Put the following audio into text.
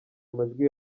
amajwi